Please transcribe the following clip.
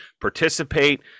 participate